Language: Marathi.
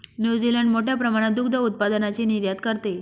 न्यूझीलंड मोठ्या प्रमाणात दुग्ध उत्पादनाची निर्यात करते